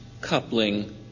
coupling